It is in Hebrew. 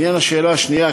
לעניין השאלה השנייה,